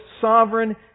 sovereign